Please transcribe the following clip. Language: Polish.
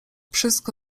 wszystko